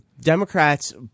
Democrats